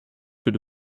würde